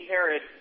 Herod